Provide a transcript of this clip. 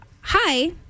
hi